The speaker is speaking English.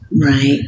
Right